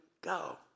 go